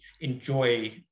enjoy